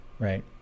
Right